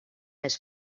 els